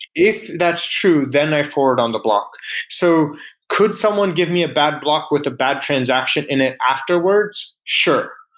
if that's true, then i forward on the block so could someone give me a bad block with a bad transaction in it afterwards? sure,